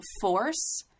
force